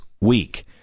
week